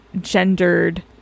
gendered